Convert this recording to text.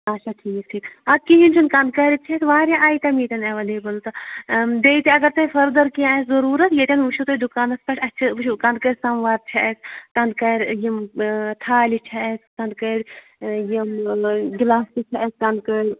اچھا ٹھیٖک ٹھیٖک اَدٕ کِہیٖنۍ چھُنہٕ کَنٛدکَرِکۍ چھِ اَسہِ واریاہ آیٹَم ییٚتٮ۪ن اٮ۪ویلیبٕل تہٕ بیٚیہِ تہِ اگر تۄہہِ فٔردَر کینٛہہ آسہِ ضٔروٗرَتھ ییٚتٮ۪ن وٕچھِو تُہۍ دُکانَس پٮ۪ٹھ اَسہِ چھِ وٕچھِو کَنٛدٕکٔرۍ سَماوار چھِ اَسہِ کَنٛدکٔرۍ یِم تھالہِ چھِ اَسہِ کَنٛدٕکٔرۍ یِم گِلاسٕز چھِ اَسہِ کَنٛدٕکٔرۍ